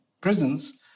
prisons